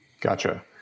Gotcha